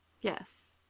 Yes